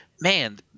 man